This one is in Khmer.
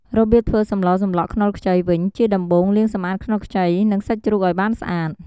របៀបធ្វើសម្លសម្លក់ខ្នុរខ្ចីវិញជាដំបូង លាងសម្អាតខ្នុរខ្ចី និងសាច់ជ្រូកឱ្យបានស្អាត។